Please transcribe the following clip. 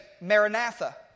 Maranatha